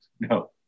no